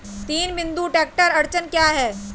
तीन बिंदु ट्रैक्टर अड़चन क्या है?